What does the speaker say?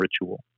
ritual